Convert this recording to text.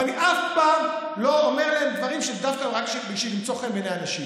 אבל אני אף פעם לא אומר להם דברים רק בשביל למצוא חן בעיניהם.